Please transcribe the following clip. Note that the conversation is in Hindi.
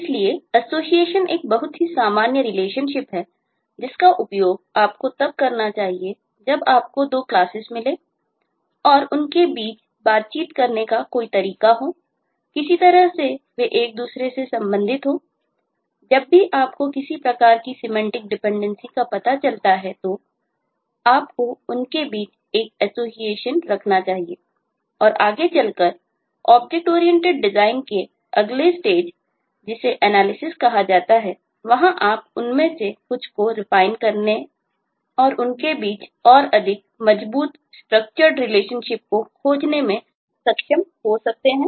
इसलिए एसोसिएशन को खोजने में सक्षम हो सकते हैं